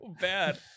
bad